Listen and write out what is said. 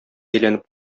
әйләнеп